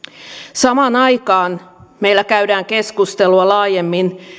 samaan aikaan meillä käydään keskustelua laajemmin